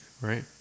right